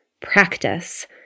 practice